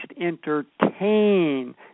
entertain